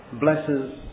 blesses